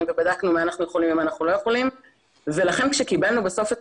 ובדקנו מה אנחנו יכולים ומה אנחנו לא יכולים ולכן כשקיבלנו בסוף את